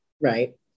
Right